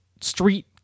street